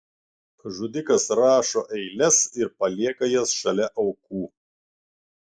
žudikas rašo eiles ir palieka jas šalia aukų